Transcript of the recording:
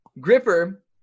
Gripper